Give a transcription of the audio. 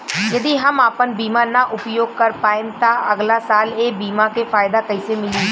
यदि हम आपन बीमा ना उपयोग कर पाएम त अगलासाल ए बीमा के फाइदा कइसे मिली?